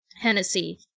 Hennessy